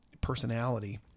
personality